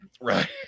Right